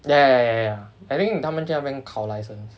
ya ya ya ya I think 他们去那边考 license